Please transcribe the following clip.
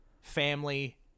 family